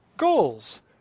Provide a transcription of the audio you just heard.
goals